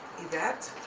yvette,